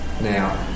now